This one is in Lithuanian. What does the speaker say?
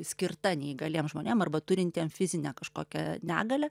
skirta neįgaliem žmonėm arba turintiem fizinę kažkokią negalią